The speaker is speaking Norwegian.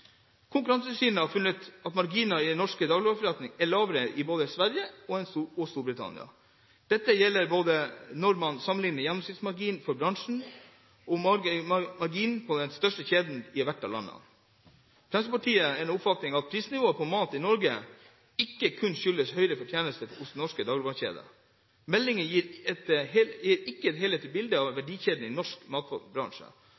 Konkurransetilsynet har funnet at marginene til de norske dagligvarekjedene er lavere enn både i Sverige og i Storbritannia. Dette gjelder når man sammenlikner både gjennomsnittsmarginen for bransjen og marginen til de største kjedene i hvert av landene. Fremskrittspartiet er av den oppfatning at prisnivået på mat i Norge ikke kun skyldes høyere fortjeneste hos norske dagligvarekjeder. Meldingen gir ikke et helhetlig bilde av